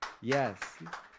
Yes